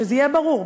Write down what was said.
שזה יהיה ברור,